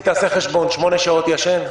חשבון, שמונה שעות ישן,